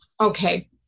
Okay